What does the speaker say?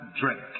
drink